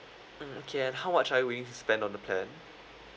mm okay and how much are you willing to spend on the plan